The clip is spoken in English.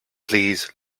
please